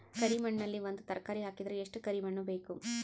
ಕರಿ ಮಣ್ಣಿನಲ್ಲಿ ಒಂದ ತರಕಾರಿ ಹಾಕಿದರ ಎಷ್ಟ ಕರಿ ಮಣ್ಣು ಬೇಕು?